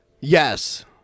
Yes